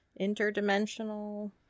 interdimensional